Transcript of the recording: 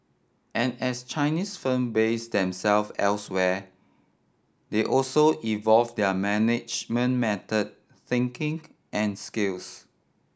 and as Chinese firm base themselves elsewhere they also evolve their management methods thinking and skills